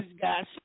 guy's